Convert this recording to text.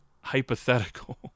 hypothetical